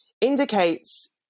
indicates